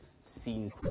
scenes